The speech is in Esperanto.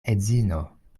edzino